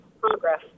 progress